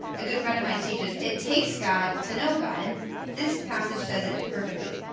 a good friend of mine teaches it takes god to know god, and this passage says it perfectly.